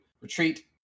retreat